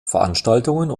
veranstaltungen